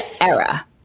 era